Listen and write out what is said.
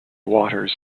waters